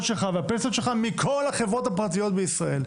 שלך והפנסיות שלך מכל החברות הפרטיות בישראל.